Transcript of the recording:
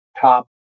top